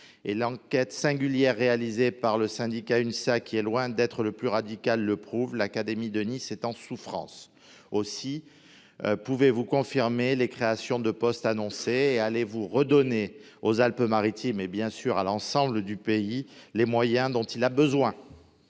l’enquête singulière réalisée par le syndicat Unsa, qui est loin d’être le plus radical, le prouve : l’académie de Nice est en souffrance. Aussi, pouvez-vous confirmer les créations de postes annoncées ? Allez-vous redonner aux Alpes-Maritimes, mais aussi à l’ensemble du pays, les moyens nécessaires à